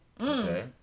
Okay